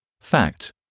Fact